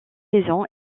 saison